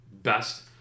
best